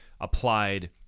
applied